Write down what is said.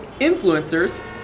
influencers